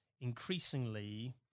increasingly